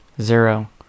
Zero